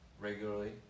regularly